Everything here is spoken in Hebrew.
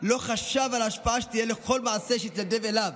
לא חשב על ההשפעה שתהיה לכל מעשה שהוא התנדב אליו.